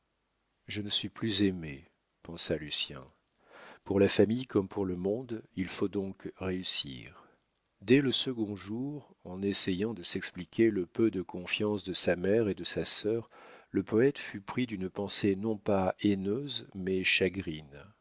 je ne suis plus aimé pensa lucien pour la famille comme pour le monde il faut donc réussir dès le second jour en essayant de s'expliquer le peu de confiance de sa mère et de sa sœur le poète fut pris d'une pensée non pas haineuse mais chagrine